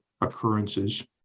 occurrences